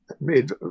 made